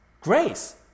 Grace